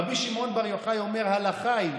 ר' שמעון בן יוחאי אומר: "הלכה היא,